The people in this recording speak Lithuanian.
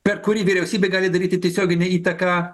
per kurį vyriausybė gali daryti tiesioginę įtaką